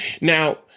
Now